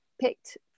picked